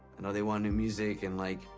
know they want new music. and, like,